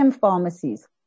pharmacies